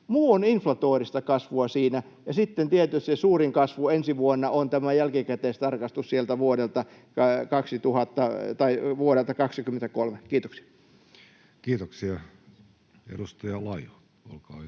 Muu on inflatorista kasvua siinä, ja sitten tietysti suurin kasvu ensi vuonna on tämä jälkikäteistarkastus sieltä vuodelta 23. — Kiitoksia. [Speech 316] Speaker: